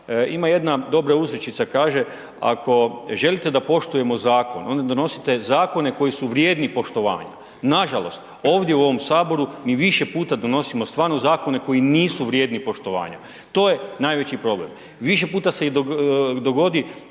ima jedna dobra uzrečica a kaže ako želite da poštujemo zakon, onda donosite zakone koji su vrijedni poštovanja. Nažalost, ovdje u ovom Saboru mi više puta donosimo stvarno zakone koji nisu vrijedni poštovanja, to je najveći problem. Više puta se i dogodi